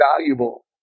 valuable